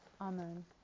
Amen